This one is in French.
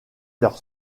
leur